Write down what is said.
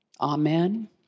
Amen